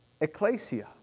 Ecclesia